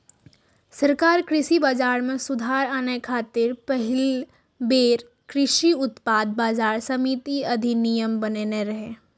सरकार कृषि बाजार मे सुधार आने खातिर पहिल बेर कृषि उत्पाद बाजार समिति अधिनियम बनेने रहै